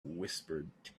whispered